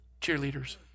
cheerleaders